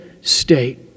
state